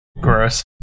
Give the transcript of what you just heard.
Gross